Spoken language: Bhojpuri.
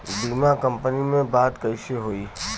बीमा कंपनी में बात कइसे होई?